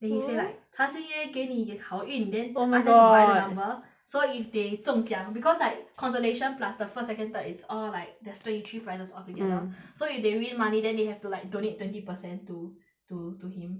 then he say like 财神爷给你好运 oh my god then ask them to buy the number so if they 中奖 because like consolation plus the first second third it's all like there's twenty three prizes altogether mm so if they win money then they have to like donate twenty percent to to to him